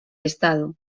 estado